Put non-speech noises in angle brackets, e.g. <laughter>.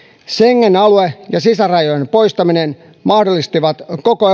schengen alue ja sisärajojen poistaminen mahdollistivat koko <unintelligible>